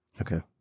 okay